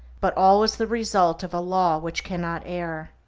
but all is the result of a law which cannot err.